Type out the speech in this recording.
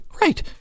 Right